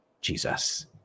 Jesus